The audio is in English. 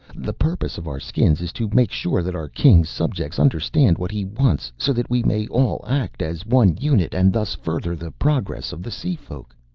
the purpose of our skins is to make sure that our king's subjects understand what he wants so that we may all act as one unit and thus further the progress of the seafolk.